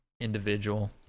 individual